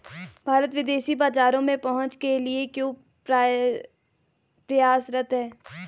भारत विदेशी बाजारों में पहुंच के लिए क्यों प्रयासरत है?